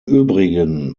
übrigen